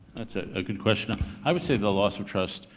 that's ah a good question. i would say the loss of trust,